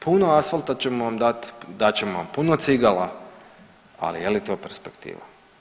Puno asfalta ćemo vam dat, dat ćemo vam puno cigala, ali je li to perspektiva?